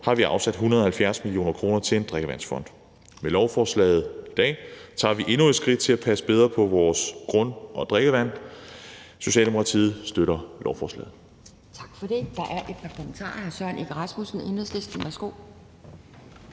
har vi afsat 170 mio. kr. til en drikkevandsfond. Med lovforslaget i dag tager vi endnu et skridt til at passe bedre på vores grund- og drikkevand. Socialdemokratiet støtter lovforslaget.